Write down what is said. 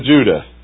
Judah